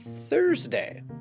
Thursday